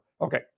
Okay